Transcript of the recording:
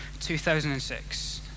2006